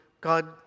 God